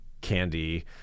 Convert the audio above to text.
candy